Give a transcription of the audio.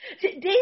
Dave